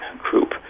group